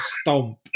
stomp